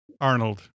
Arnold